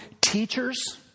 teachers